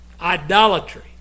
idolatry